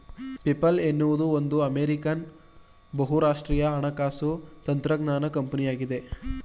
PayPal ಎನ್ನುವುದು ಒಂದು American ಬಹುರಾಷ್ಟ್ರೀಯ ಹಣಕಾಸು ತಂತ್ರಜ್ಞಾನ ಕಂಪನಿಯಾಗಿದೆ